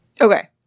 Okay